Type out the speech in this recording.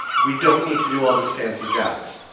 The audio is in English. we don't need to do all this fancy jazz.